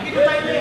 תגידו את האמת.